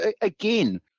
again